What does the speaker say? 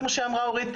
כמו שאמרה אורית,